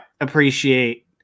appreciate